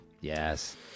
yes